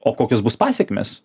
o kokios bus pasekmės